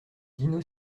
dino